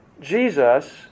Jesus